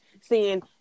seeing